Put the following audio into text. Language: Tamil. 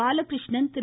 பாலகிருஷ்ணன் திரு